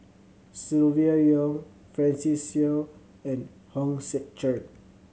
Silvia Yong Francis Seow and Hong Sek Chern